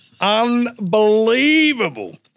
unbelievable